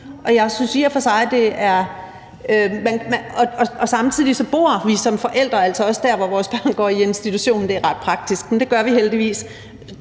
for, mens de går i daginstitution. Samtidig bor vi som forældre altså tæt på, hvor vores børn går i institution. Det er ret praktisk, og det gør vi heldigvis.